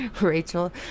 rachel